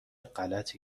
غلطی